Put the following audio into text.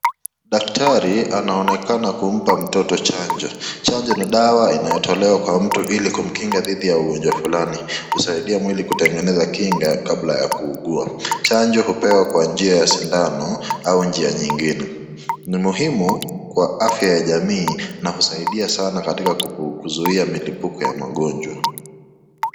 Daktari anaonekana kumpa mtoto chanjo. Chanjo ni dawa inayotolewa kwa mtu ili kukinga dhidi ya ugonjwa fulani. Husaidia mwili kutengeneza kinga kabla ya kuugua. Chanjo hupewa kwa njia ya sindano au njia nyingine. Ni muhimu kwa afya ya jamii na husaidia sana katika kuzuia milipuko ya magonjwa.